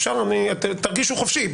תרגישו חופשי.